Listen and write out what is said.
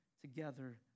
together